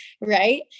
right